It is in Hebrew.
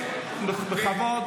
אני לא מוכן,